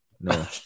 no